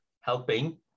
helping